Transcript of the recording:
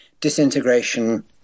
disintegration